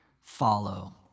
follow